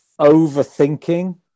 overthinking